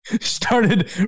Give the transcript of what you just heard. started